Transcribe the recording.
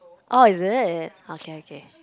oh is it okay okay